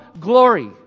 glory